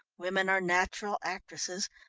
women are natural actresses,